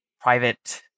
private